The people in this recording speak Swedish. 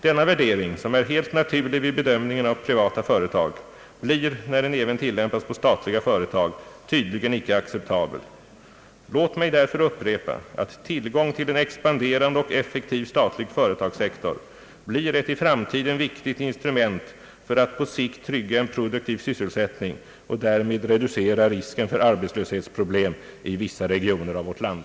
Denna värdering, som är helt naturlig vid bedömningen av privata företag, blir, när den även tillämpas på statliga företag, tydligen icke acceptabel. Låt mig därför upprepa att tillgång till en expanderande och effektiv statlig företagssektor blir ett i framtiden viktigt instrument för att på sikt trygga en produktiv sysselsättning och därmed reducera risken för arbetslöshetsproblem i vissa regioner av vårt land.